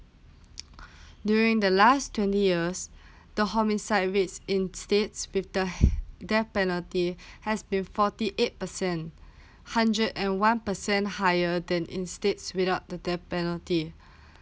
during the last twenty years the homicide rates in states with the death penalty has been forty eight percent hundred and one percent higher than in states without the death penalty